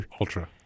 Ultra